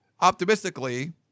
optimistically